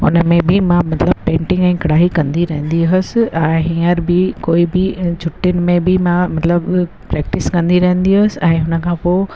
हुन में बि मां मतिलबु पेंटिंग ऐं कढ़ाई कंदी रहंदी हुअसि ऐं हींअर बि कोई बि छुटियुनि में बि मां मतिलबु प्रैक्टिस कंदी रहंदी हुअसि ऐं हुन खां पोइ